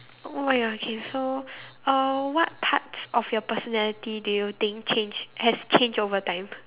oh-my-God okay so uh what parts of your personality do you think changed has changed over time